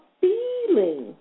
feeling